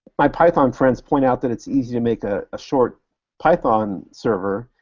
my python friends point out that it's easy to make a short python server,